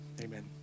amen